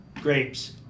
grapes